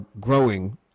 growing